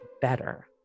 better